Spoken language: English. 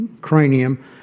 cranium